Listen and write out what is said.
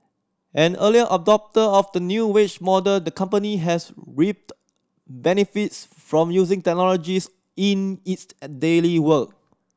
an early adopter of the new wage model the company has reaped benefits from using technologies in its a daily work